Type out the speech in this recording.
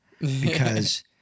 because-